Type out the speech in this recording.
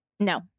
No